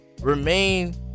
remain